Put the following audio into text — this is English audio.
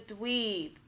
dweeb